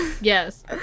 Yes